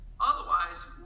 Otherwise